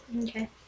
Okay